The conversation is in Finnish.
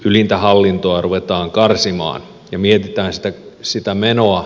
kyliltä hallintoa ruvetaan karsimaan ja mieli päästä sitä menoa